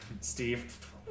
Steve